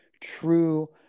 true